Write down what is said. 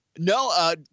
No